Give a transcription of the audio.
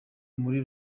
muri